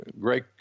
Great